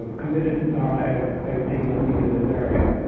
committed nara as as taking a lead in this area.